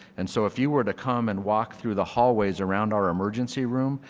and so if you were to come and walk through the hallways around our emergency room,